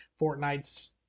Fortnite's